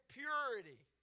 purity